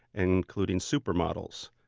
including supermodels,